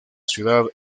ciudad